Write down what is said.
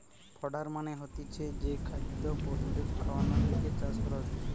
fodder মানে হতিছে যে খাদ্য পশুদের খাওয়ানর লিগে চাষ করা হতিছে